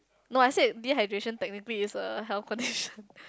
no I say dehydration technically is a health condition